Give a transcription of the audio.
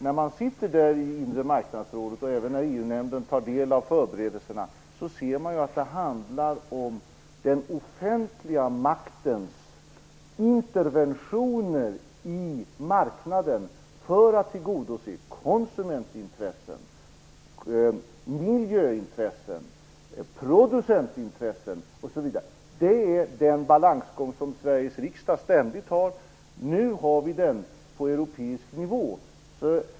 När man sitter där i inre marknadsrådet, och även när EU-nämnden tar del av förberedelserna, ser man att det handlar om den offentliga maktens interventioner i marknaden, för att tillgodose konsumentintressen, miljöintressen, producentintressen osv. Det är den balansgång som Sveriges riksdag ständigt har. Nu har vi den på europeisk nivå.